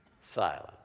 silent